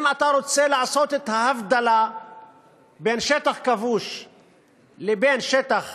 אם אתה רוצה לעשות את ההבדלה בין שטח כבוש לבין שטח